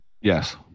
Yes